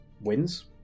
wins